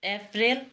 April